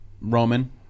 Roman